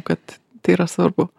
kad tai yra svarbu